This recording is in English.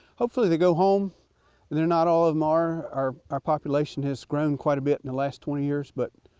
hopefully, they go home and they're not all of them are our our population has grown quite a bit in the last twenty years, but,